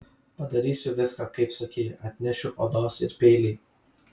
padarysiu viską kaip sakei atnešiu odos ir peilį